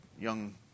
young